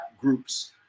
groups